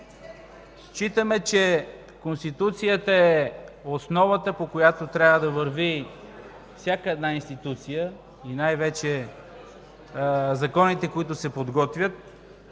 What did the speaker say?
Считаме, че Конституцията е основата, по която трябва да върви всяка една институция и най-вече законите, които се подготвят.